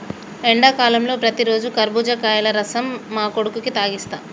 ఎండాకాలంలో ప్రతిరోజు కర్బుజకాయల రసం మా కొడుకుకి తాగిస్తాం